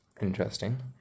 Interesting